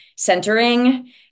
centering